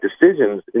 decisions